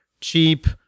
cheap